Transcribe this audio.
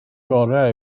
gorau